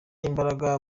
imbaraga